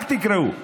רק תקראו.